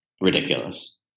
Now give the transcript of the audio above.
ridiculous